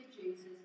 Jesus